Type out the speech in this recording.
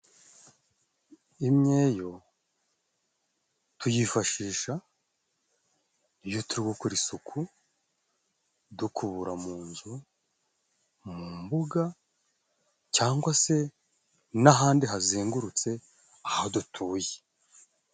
Imyeyo tuyifashisha iyo turigukora isuku, dukubura mu nzu, mu mbuga cyangwa se n'ahandi hazengurutse aho dutuye.